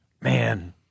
Man